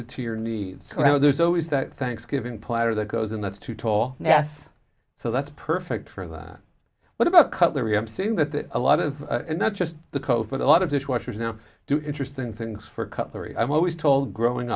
it to your needs there's always that thanksgiving platter that goes in that's too tall yes so that's perfect for that what about cutlery i'm saying that a lot of not just the coat with a lot of dishwashers now do interesting things for cutlery i'm always told growing